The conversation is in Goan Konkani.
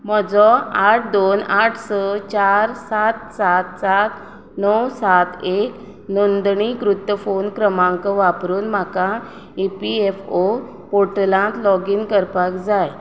म्हजो आठ दोन आठ स चार सात सात सात णव सात एक नोंदणी कृत्त फोन क्रमांक वापरून म्हाका इ पी एफ ओ पोर्टलांत लाॅगीन करपाक जाय